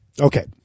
Okay